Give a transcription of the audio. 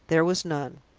there was none.